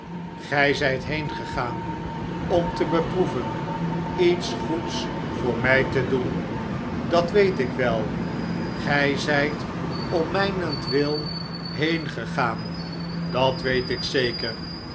gij zijt heengegaan om te beproeven iets goeds voor mij te doen dat weet ik wel gij zijt om mijnentwil heengegaan dat weet ik zeker